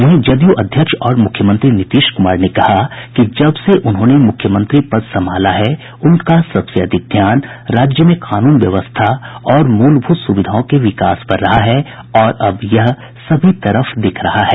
वहीं जदयू अध्यक्ष और मुख्यमंत्री नीतीश कुमार ने कहा कि जब से उन्होंने मुख्यमंत्री पद संभाला उनका सबसे अधिक ध्यान राज्य में कानून व्यवस्था और मूल भूत सुविधाओं के विकास पर रहा है और अब यह सभी तरफ दिख रहा है